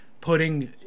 putting